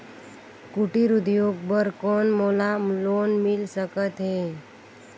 कुटीर उद्योग बर कौन मोला लोन मिल सकत हे?